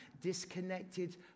disconnected